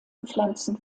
pflanzen